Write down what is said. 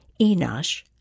Enosh